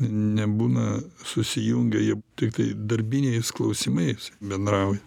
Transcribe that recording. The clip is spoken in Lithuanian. nebūna susijungę jie tiktai darbiniais klausimais bendrauja